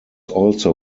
also